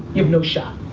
you have no shot.